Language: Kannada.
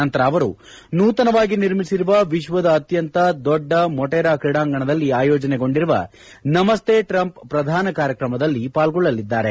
ನಂತರ ಅವರು ನೂತನವಾಗಿ ನಿರ್ಮಿಸಿರುವ ವಿಶ್ವದ ಅತ್ಯಂತ ದೊಡ್ಡ ಮೊಟೆರಾ ಕ್ರೀಡಾಂಗಣದಲ್ಲಿ ಆಯೋಜನೆಗೊಂಡಿರುವ ನಮಸ್ತೇ ಟ್ರಂಪ್ ಪ್ರಧಾನ ಕಾರ್ಯಕ್ರಮದಲ್ಲಿ ಪಾಲ್ಗೊಳ್ಳಲಿದ್ದಾರೆ